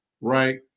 right